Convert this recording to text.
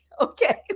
okay